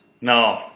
No